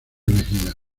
elegida